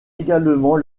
également